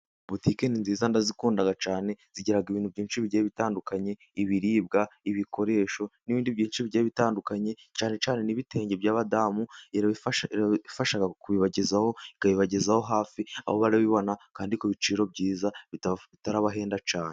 Butike nziza ndazikunda cyane, zigiraga ibintu byinshi bigiye bitandukanye, ibiribwa, ibikoresho n'ibindi byinshi bigiye bitandukanye cyane cyane n'ibitenge by'abadamu, irafashaga kubibagezaho, ikabibagezaho hafi aho barabibona kandi ku biciro byiza, itarabahenda cyane.